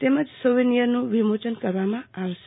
તેમજ સોવિનિયરનું વિમોચન કરવામાં આવશે